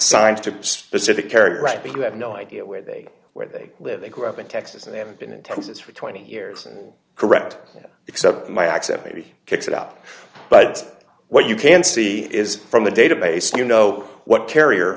signs to specific carrier right because i have no idea where they where they live they grew up in texas and they haven't been in texas for twenty years correct except my accent maybe kicks it up but what you can see is from the database you know what carrier